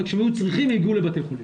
וכשהם היו צריכים הם הגיעו לבתי החולים.